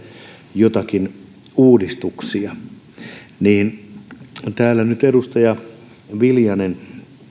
joitakin uudistuksia täällä nyt edustaja viljanen